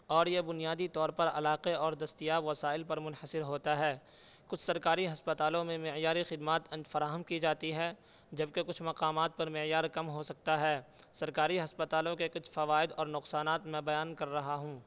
اور یہ بنیادی طور پر علاقے اور دستیاب وسائل پر منحصر ہوتا ہے کچھ سرکاری ہسپتالوں میں معیاری خدمات فراہم کی جاتی ہے جبکہ کچھ مقامات پر معیار کم ہو سکتا ہے سرکاری ہسپتالوں کے کچھ فوائد اور نقصانات میں بیان کر رہا ہوں